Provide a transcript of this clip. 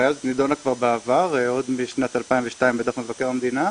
הבעיה הזאת נידונה כבר בעבר עוד בשנת 2002 בדוח מבקר המדינה,